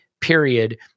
period